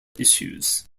issues